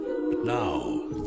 Now